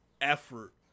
effort